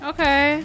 Okay